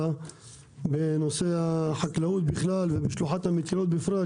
בנושא החקלאות בכלל ובשלוחת המטילות בפרט,